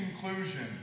conclusion